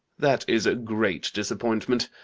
that is a great disappointment.